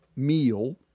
Meal